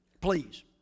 please